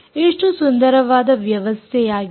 ಎಷ್ಟು ಸುಂದರವಾದ ವ್ಯವಸ್ಥೆಯಾಗಿದೆ